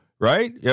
right